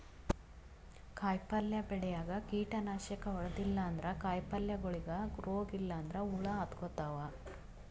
ಕಾಯಿಪಲ್ಯ ಬೆಳ್ಯಾಗ್ ಕೀಟನಾಶಕ್ ಹೊಡದಿಲ್ಲ ಅಂದ್ರ ಕಾಯಿಪಲ್ಯಗೋಳಿಗ್ ರೋಗ್ ಇಲ್ಲಂದ್ರ ಹುಳ ಹತ್ಕೊತಾವ್